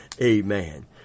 Amen